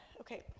Okay